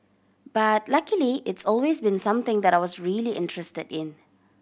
but luckily it's always been something that I was really interested in